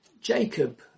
Jacob